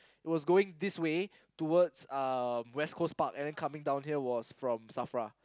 it was going this way towards um West-Coast-Park and then come down here was from Safra